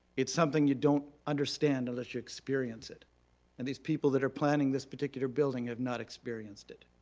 it's something you don't understand unless you experience it and these people that are planning this particular building have not experienced it.